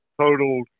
total